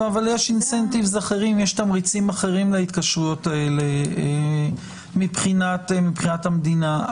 יש תמריצים אחרים להתקשרויות האלה מבחינת המדינה.